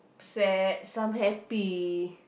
sad some happy